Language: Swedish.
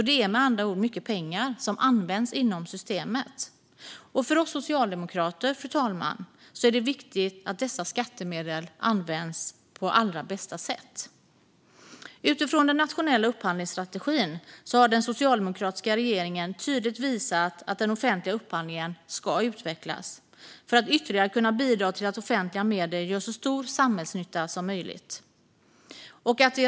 Det är med andra ord mycket pengar som används inom systemet. För oss socialdemokrater, fru talman, är det viktigt att dessa skattemedel används på allra bästa sätt. Utifrån den nationella upphandlingsstrategin har den socialdemokratiska regeringen tydligt visat att den offentliga upphandlingen ska utvecklas för att ytterligare kunna bidra till att offentliga medel gör så stor samhällsnytta som möjligt.